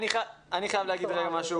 אני חייב להגיד אולי משהו